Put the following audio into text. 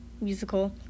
Musical